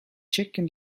chicken